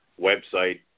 website